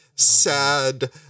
Sad